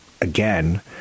again